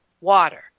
water